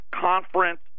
conference